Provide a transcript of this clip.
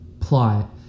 plot